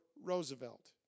Roosevelt